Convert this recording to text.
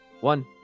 One